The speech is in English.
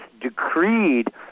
decreed